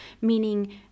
Meaning